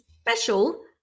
special